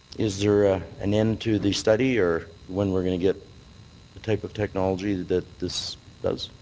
is there ah an end to the study or when we're going to get the type of technology that this does?